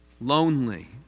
lonely